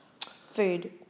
food